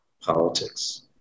politics